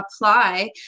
apply